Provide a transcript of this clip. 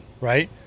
Right